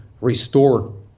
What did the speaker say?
restore